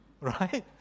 Right